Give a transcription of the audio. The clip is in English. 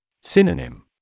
Synonym